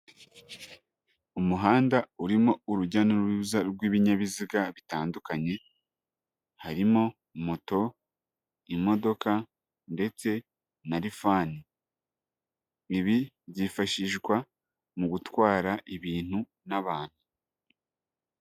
Umuhanda urimo urujya n'uruza rw'ibinyabiziga bitandukanye harimo moto, imodoka ndetse na lifani. ibi byifashishwa mu gutwara ibintu n'abantu.